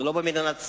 זה לא במדינת ישראל.